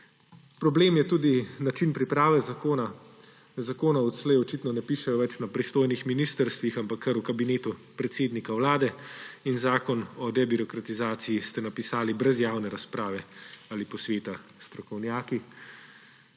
Problem je tudi način priprave zakona. Zakonov odslej očitno ne pišejo več na pristojnih ministrstvih, ampak kar v Kabinetu predsednika Vlade. Zakon o debirokratizaciji ste napisali brez javne razprave ali posveta s strokovnjaki,